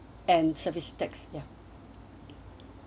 and services tax ya